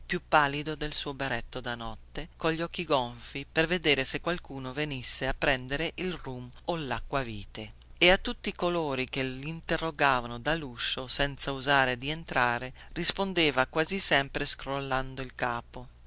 più pallido del suo berretto da notte cogli occhi gonfi per vedere se qualcuno venisse a prendere il rum o lacquavite e a tutti coloro che linterrogavano dalluscio senza osare di entrare rispondeva quasi sempre scrollando il capo